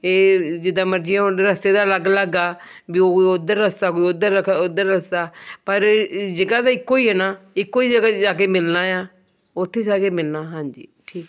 ਇਹ ਜਿੱਦਾਂ ਮਰਜ਼ੀ ਹੋਣ ਰਸਤੇ ਤਾਂ ਅਲੱਗ ਅਲੱਗ ਆ ਵੀ ਉ ਉੱਧਰ ਰਸਤਾ ਕੋਈ ਉੱਧਰ ਰਖਾ ਉੱਧਰ ਰਸਤਾ ਪਰ ਜਗ੍ਹਾ ਤਾਂ ਇੱਕੋ ਹੀ ਆ ਨਾ ਇੱਕੋ ਹੀ ਜਗ੍ਹਾ 'ਤੇ ਜਾ ਕੇ ਮਿਲਣਾ ਆ ਉੱਥੇ ਜਾ ਕੇ ਮਿਲਣਾ ਹਾਂਜੀ ਠੀਕ